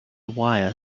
wire